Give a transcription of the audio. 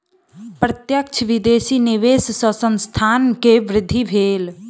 प्रत्यक्ष विदेशी निवेश सॅ संस्थान के वृद्धि भेल